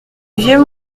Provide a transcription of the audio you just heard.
vieux